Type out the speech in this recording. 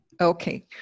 okay